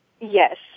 Yes